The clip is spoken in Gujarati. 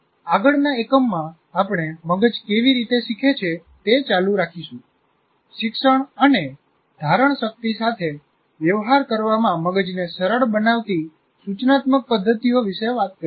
આગળના એકમમાં આપણે મગજ કેવી રીતે શીખે છે તે ચાલુ રાખીશું શિક્ષણ અને ધારણ શક્તિ સાથે વ્યવહાર કરવામાં મગજને સરળ બનાવતી સૂચનાત્મક પદ્ધતિઓ વિશે વાત કરીશું